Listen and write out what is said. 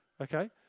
okay